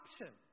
option